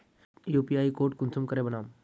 UPI code कुंसम करे बनाम?